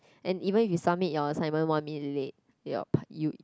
and even if you submit your assignment one minute late your par~ you